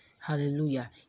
Hallelujah